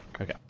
Okay